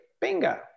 bingo